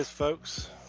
folks